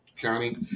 county